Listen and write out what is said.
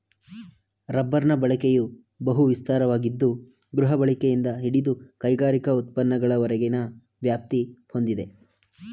ರಬ್ಬರ್ನ ಬಳಕೆಯು ಬಹು ವಿಸ್ತಾರವಾಗಿದ್ದು ಗೃಹಬಳಕೆಯಿಂದ ಹಿಡಿದು ಕೈಗಾರಿಕಾ ಉತ್ಪನ್ನಗಳವರೆಗಿನ ವ್ಯಾಪ್ತಿ ಹೊಂದಿದೆ